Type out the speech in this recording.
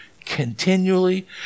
continually